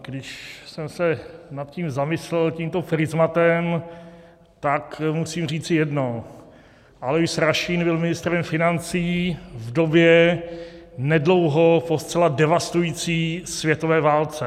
Když jsem se nad tím zamyslel tímto prizmatem, tak musím říci jedno: Alois Rašín byl ministrem financí v době nedlouho po zcela devastující světové válce.